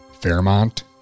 Fairmont